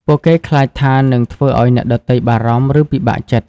ពួកគេខ្លាចថានឹងធ្វើឱ្យអ្នកដទៃបារម្ភ ឬពិបាកចិត្ត។